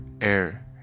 air